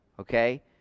Okay